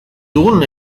dugun